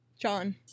John